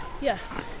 Yes